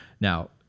Now